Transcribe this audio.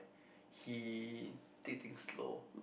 he did things slow